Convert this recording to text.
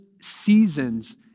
seasons